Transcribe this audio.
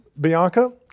Bianca